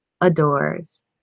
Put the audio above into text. adores